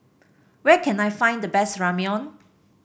where can I find the best Ramyeon